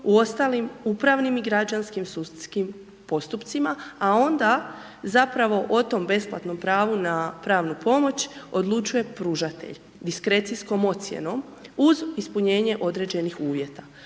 u ostalim upravnim i građanskim sudskim postupcima, a onda zapravo o tom besplatnom pravu na pravnu pomoć odlučuje pružatelj diskrecijskom ocjenom uz ispunjenje određenih uvjeta.